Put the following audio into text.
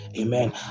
Amen